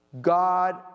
God